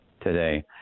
today